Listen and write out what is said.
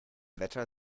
wetter